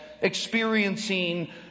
experiencing